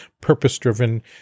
purpose-driven